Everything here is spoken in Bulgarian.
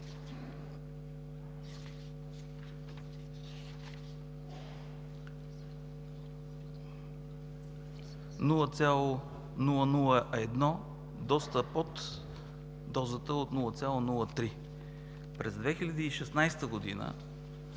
0,001 – доста под дозата от 0,03. През 2016 г.